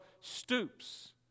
stoops